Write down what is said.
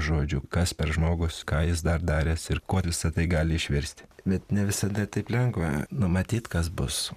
žodžių kas per žmogus ką jis dar daręs ir kuo visa tai gali išvirsti bet ne visada taip lengva numatyt kas bus